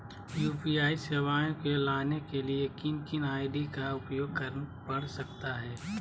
UPI सेवाएं को लाने के लिए किन किन आई.डी का उपयोग करना पड़ सकता है?